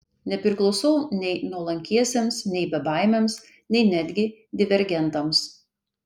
nepriklausau nei nuolankiesiems nei bebaimiams nei netgi divergentams